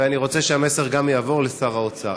ואני רוצה שהמסר יעבור גם לשר האוצר.